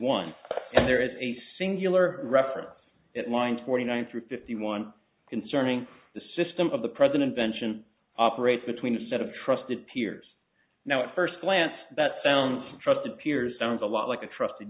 one there is a singular reference at line forty nine through fifty one concerning the system of the president pension operates between a set of trusted peers now it first glance that sounds trust appears sounds a lot like a trust